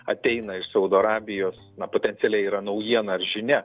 ateina iš saudo arabijos potencialiai yra naujiena ar žinia